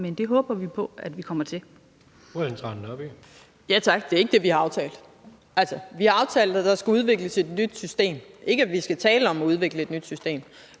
17:10 Ellen Trane Nørby (V): Tak. Det er ikke det, vi har aftalt. Altså, vi har aftalt, at der skal udvikles et nyt system, ikke at vi skal tale om at udvikle et nyt system.